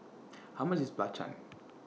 How much IS Belacan